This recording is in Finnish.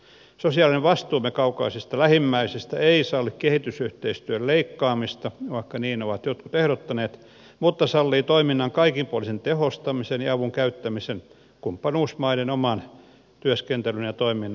sosiaalinen vastuumme kaukaisista lähimmäisistä ei salli kehitysyhteistyön leikkaamista vaikka niin ovat jotkut ehdottaneet mutta sallii toiminnan kaikinpuolisen tehostamisen ja avun käyttämisen kumppanuusmaiden oman työskentelyn ja toiminnan aktivoimiseen